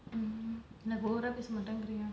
அப்போன:apponaa over ah பேச மாட்ரிங்கே:pesa maatringa